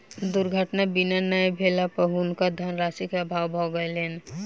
दुर्घटना बीमा नै भेला पर हुनका धनराशि के अभाव भ गेलैन